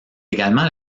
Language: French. également